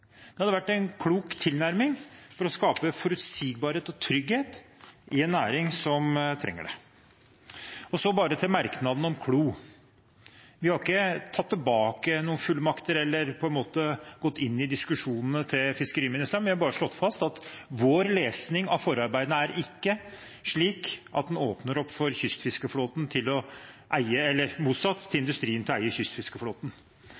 Det hadde vært en klok tilnærming for å skape forutsigbarhet og trygghet i en næring som trenger det. Så til merknaden om Klo: Vi har ikke tatt tilbake noen fullmakter eller gått inn i diskusjonene til fiskeriministeren. Vi har bare slått fast at vår lesning av forarbeidene ikke er slik at den åpner for at industrien kan eie kystfiskeflåten.